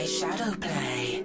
Shadowplay